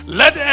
let